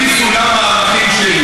לפי סולם הערכים שלי,